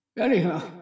Anyhow